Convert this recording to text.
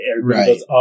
right